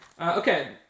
Okay